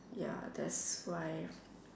ya that's why